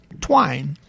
twine